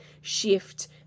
shift